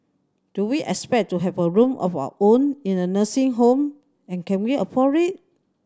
do we expect to have a room of our own in a nursing home and can we afford it